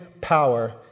power